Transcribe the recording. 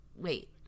wait